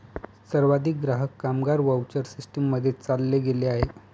सर्वाधिक ग्राहक, कामगार व्हाउचर सिस्टीम मध्ये चालले गेले आहे